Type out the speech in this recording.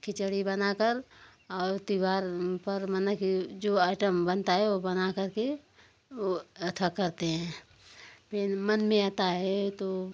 खिचड़ी बना कर और त्यौहार पर माने जो आइटम बनता है वह बना कर के वह एथा करते हैं फिर मन में आता है तो